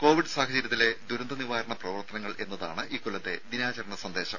Covid സാഹചര്യത്തിലെ ദുരന്ത നിവാരണ പ്രവർത്തനങ്ങൾ എന്നതാണ് ഇക്കൊല്ലത്തെ ദിനാചരണ സന്ദേശം